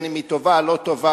אם היא טובה או לא טובה,